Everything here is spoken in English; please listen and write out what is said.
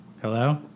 hello